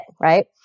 right